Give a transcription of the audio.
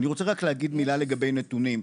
אני רוצה להגיד רק מילה לגבי נתונים,